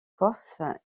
corse